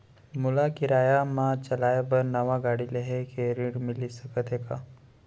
मोला किराया मा चलाए बर नवा गाड़ी लेहे के ऋण मिलिस सकत हे का?